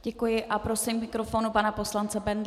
Děkuji a prosím k mikrofonu pana poslance Bendla.